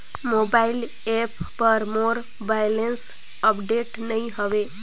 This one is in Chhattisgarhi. मोबाइल ऐप पर मोर बैलेंस अपडेट नई हवे